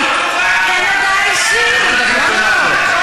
הודעה אישית, הודעה אישית.